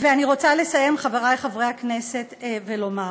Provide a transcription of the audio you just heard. אני רוצה לסיים, חברי חברי הכנסת, ולומר: